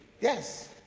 Yes